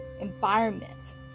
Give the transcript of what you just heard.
environment